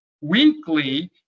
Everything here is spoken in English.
weekly